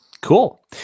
Cool